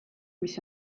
mis